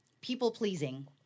people-pleasing